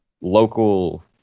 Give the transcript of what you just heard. local